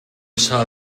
saw